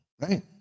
right